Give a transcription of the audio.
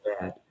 bad